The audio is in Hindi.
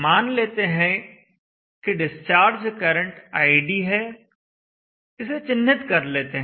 मान लेते हैं कि डिस्चार्ज करंट id है इसे चिन्हित कर लेते हैं